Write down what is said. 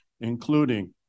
including